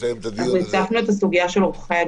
הצפנו את הסוגיה של עורכי הדין,